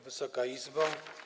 Wysoka Izbo!